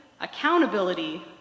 accountability